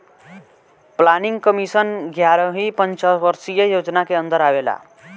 planning commission एग्यारहवी पंचवर्षीय योजना के अन्दर आवेला